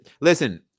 Listen